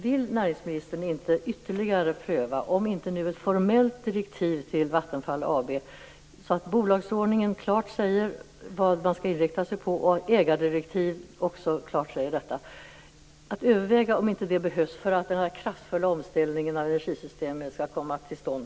Vill näringsministern ytterligare överväga att pröva ett formellt direktiv till Vattenfall AB, så att bolagsordning och ägardirektiv klart säger vad bolaget skall inrikta sig på, så att en kraftfull omställning av energisystemet snabbt skall komma till stånd?